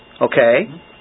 okay